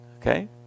Okay